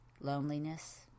Loneliness